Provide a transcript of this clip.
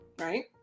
Right